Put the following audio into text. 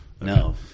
no